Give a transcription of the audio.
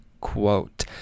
quote